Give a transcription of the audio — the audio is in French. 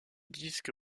disque